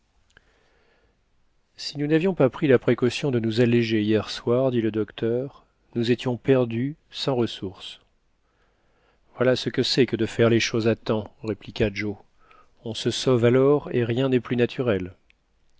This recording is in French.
si nous n'avions pas pris la précaution de nous alléger hier soir dit le docteur nous étions perdus sans ressources voilà ce que c'est que de faire les choses à temps répliqua joe on se sauve alors et rien nest plus naturel